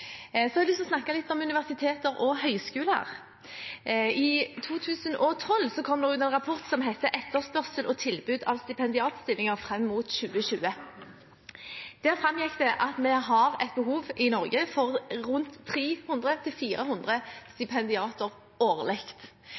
Så har jeg lyst til å snakke litt om universiteter og høyskoler. I 2012 kom det ut en rapport som het Etterspørsel etter og tilbud av stipendiatstillinger frem mot 2020. Der framgikk det at vi har et behov i Norge for rundt 300–400 stipendiater årlig.